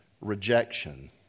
rejection